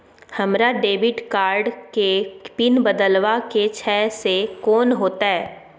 हमरा debit card के PIN बदलवा के छै से कोन होतै?